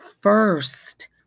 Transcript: first